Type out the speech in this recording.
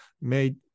made